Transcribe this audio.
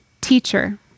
Teacher